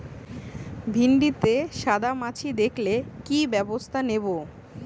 ভিন্ডিতে সাদা মাছি দেখালে কি ব্যবস্থা নেবো?